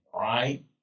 right